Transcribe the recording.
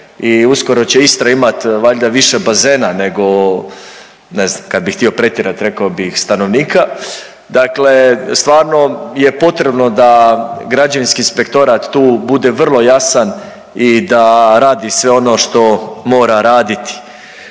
uskoro će Istra imat valjda više bazena nego ne znam kad bi htio pretjerat rekao bih stanovnika, dakle stvarno je potrebno da građevinski inspektorat tu bude vrlo jasan i da radi sve ono što mora raditi.